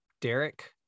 Derek